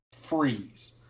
freeze